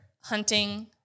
hunting